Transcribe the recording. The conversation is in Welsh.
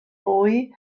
fwy